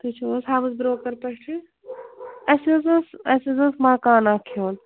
تُہۍ چھُو حظ ہاوُس برٛوکَر پٮ۪ٹھٕ اَسہِ حظ ٲس اَسہِ حظ اوس مَکان اَکھ ہیوٚن